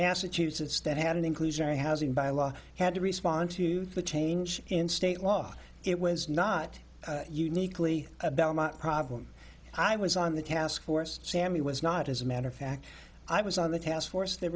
massachusetts that had an inclusionary housing by law had to respond to the change in state law it was not uniquely a belmont problem i was on the taskforce sammy was not as a matter of fact i was on the task force th